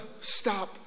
stop